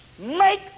make